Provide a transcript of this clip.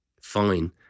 Fine